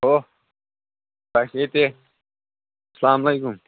hello بہٕ چھُس ییٚتہِ سلامُ علیکُم